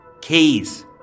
keys